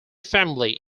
family